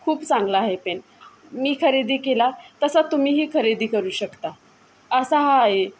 खूप चांगला आहे पेन मी खरेदी केला तसा तुम्हीही खरेदी करू शकता असा हा आहे